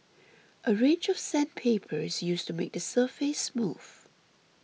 a range of sandpaper is used to make the surface smooth